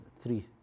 three